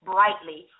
brightly